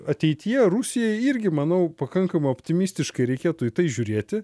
ateityje rusija irgi manau pakankamai optimistiškai reikėtų į tai žiūrėti